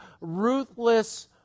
ruthless